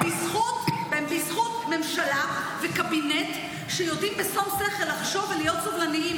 בזכות ממשלה וקבינט שיודעים בשום שכל לחשוב ולהיות סבלניים,